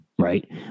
right